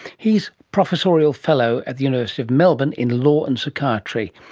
he's professorial fellow at the university of melbourne in law and psychiatry,